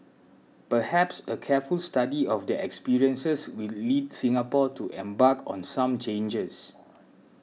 perhaps a careful study of their experiences will lead Singapore to embark on some changes